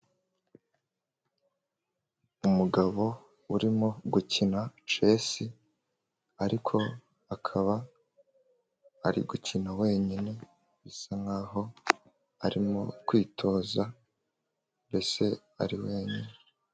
Umugabo urimo gukina cesi ariko akaba ari gukina wenyine, bisa nkaho arimo kwitoza mbese ari wenyine.